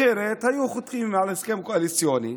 אחרת היו חותמים על הסכם קואליציוני,